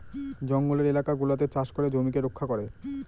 জঙ্গলের এলাকা গুলাতে চাষ করে জমিকে রক্ষা করে